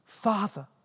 Father